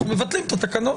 אנחנו מבטלים את התקנות,